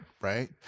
right